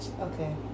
Okay